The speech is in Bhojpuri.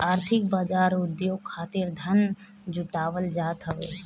आर्थिक बाजार उद्योग खातिर धन जुटावल जात हवे